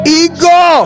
ego